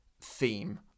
theme